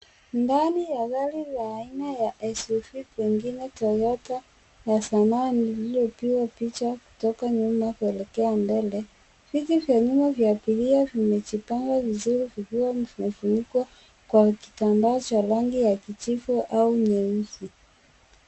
Ndani ya gari la aina ya SUV pengine toyota ya sanaa lililopigwa picha kutoka nyuma kuelekea mbele. Viti vya nyuma vya abiria vimejipanga vizuri vikiwa vimefunikwa kwa kitambaa cha rangi ya kijivu au nyeusi.